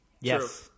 Yes